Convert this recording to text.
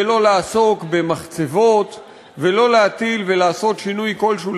ולא לעסוק במחצבות ולא להטיל ולעשות שינוי כלשהו,